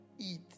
eat